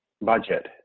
budget